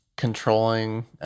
controlling